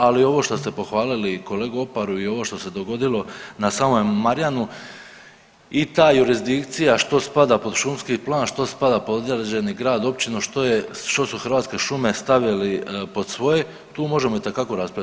Ali ovo što ste pohvalili kolegu Oparu i ovo što se dogodilo na samome Marjanu i ta jurisdikcija što spada pod šumski plan, što spada pod određeni grad, općinu, što su Hrvatske šume stavili pod svoje tu možemo itekako raspraviti.